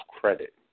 credit